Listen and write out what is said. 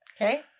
Okay